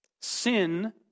Sin